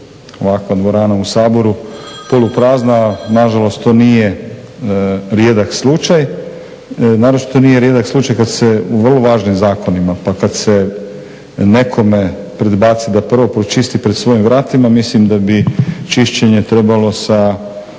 ovakva dvorana u Saboru, poluprazna, nažalost to nije rijedak slučaj, naročito nije rijedak slučaj kad se u vrlo važnim zakonima, pa kad se nekome predbaci da prvo pročisti pred svojim vratima, mislim da bi čišćenje trebalo sa